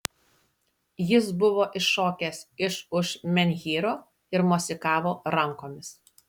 jis buvo iššokęs iš už menhyro ir mosikavo rankomis